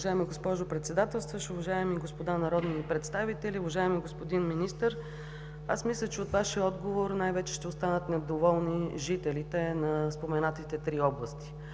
Уважаема госпожо Председателстващ, уважаеми господа народни представители! Уважаеми господин Министър, аз мисля, че от Вашия отговор най-вече ще останат недоволни жителите на споменатите три области